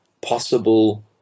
possible